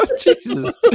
Jesus